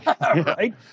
right